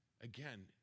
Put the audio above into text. again